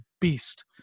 beast